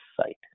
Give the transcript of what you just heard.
site